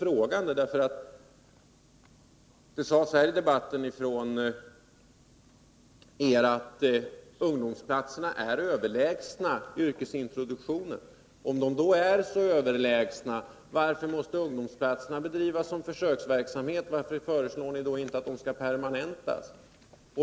Det sades nämligen från er sida här i debatten att ungdomsplatserna är överlägsna yrkesintroduktionen. Om ungdomsplatserna är så överlägsna, varför måste de då drivas som försöksverksamhet? Varför föreslår ni inte att de skall permanentas?